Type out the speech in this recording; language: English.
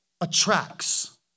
attracts